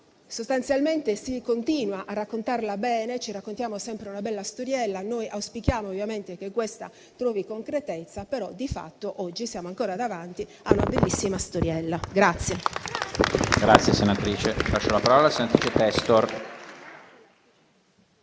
Sostanzialmente si continua a raccontarla bene. Ci raccontiamo sempre una bella storiella (e noi auspichiamo ovviamente che trovi concretezza); però, di fatto, oggi siamo ancora davanti a una bellissima storiella.